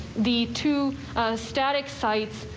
the two a static sites.